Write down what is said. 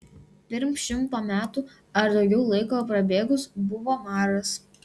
pirm šimto metų ar daugiau laiko prabėgus buvo maras